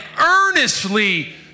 earnestly